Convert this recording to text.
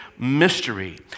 mystery